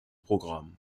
programme